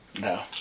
No